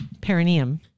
perineum